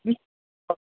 ಹ್ಞೂ ಹಾಂ